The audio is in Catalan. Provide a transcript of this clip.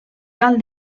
cal